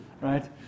right